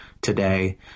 today